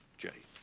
jay.